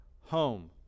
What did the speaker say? home